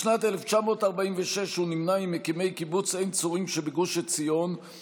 בשנת 1946 הוא נמנה עם מקימי קיבוץ עין צורים שבגוש עציון.